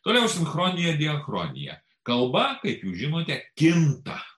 toliau sinchronija diachronija kalba kaip jūs žinote kinta